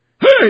Hey